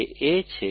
તે એ છે